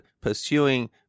pursuing